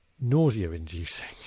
nausea-inducing